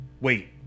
wait